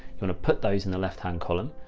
you want to put those in the left-hand column.